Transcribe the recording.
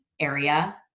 area